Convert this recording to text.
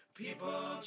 people